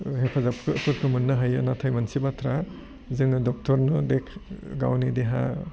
हेफाजाबफोरखौ मोननो हायो नाथाय मोनसे बाथ्रा जोङो डक्टरनो गावनि देहा